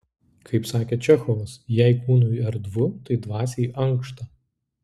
kaip sakė čechovas jei kūnui erdvu tai dvasiai ankšta